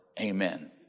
Amen